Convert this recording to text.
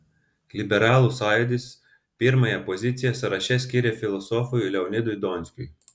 liberalų sąjūdis pirmąją poziciją sąraše skyrė filosofui leonidui donskiui